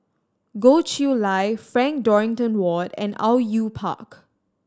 Goh Chiew Lye Frank Dorrington Ward and Au Yue Pak